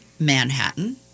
Manhattan